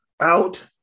out